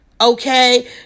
Okay